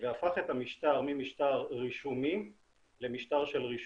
והפך את המשטר ממשטר רישומי למשטר של רישוי.